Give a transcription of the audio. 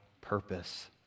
purpose